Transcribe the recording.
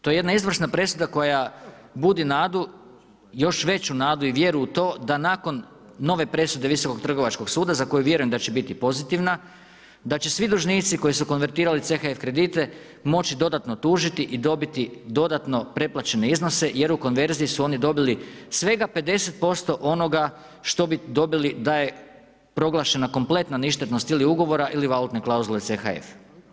To je jedna izvrsna presuda koja budi nadu još veću nadu i vjeru u to da nakon nove presude Visokog trgovačkog suda za koju vjerujem da će biti pozitivna da će svi dužnici koji su konvertirali CHF kredite moći dodatno tužiti i dobiti dodatno preplaćene iznose jer u konverziji su oni dobili svega 50% onoga što bi dobili da je proglašena kompletna ništetnost ili ugovora ili valutne klauzule CHF.